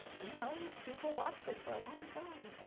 you know, people watched it for a long time.